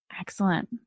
Excellent